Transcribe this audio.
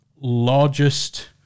largest